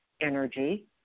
energy